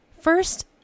First